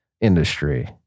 industry